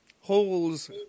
holes